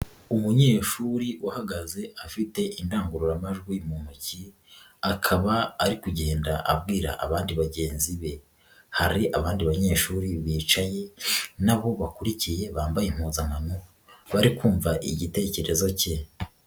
Umunyeshuri uhagaze afite indangururamajwi mu ntoki, akaba ari kugenda abwira abandi bagenzi be, hari abandi banyeshuri bicaye nabo bakurikiye bambaye impuzano bari kumva igitekerezo cye.